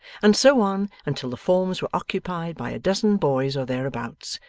and so on until the forms were occupied by a dozen boys or thereabouts,